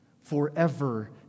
forever